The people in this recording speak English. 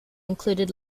included